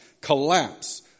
collapse